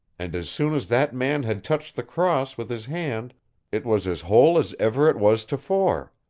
and as soon as that man had touched the cross with his hand it was as whole as ever it was tofore.